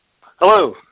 Hello